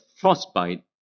frostbite